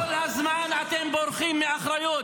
ולכן חובתכם, כל הזמן אתם בורחים מאחריות.